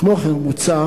כמו כן, מוצע